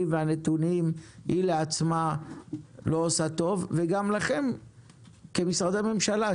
והנתונים היא לעצמה לא עושה טוב וגם לכם כמשרדי ממשלה,